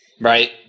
right